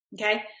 Okay